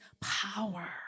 power